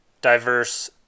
diverse